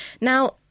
Now